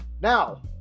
Now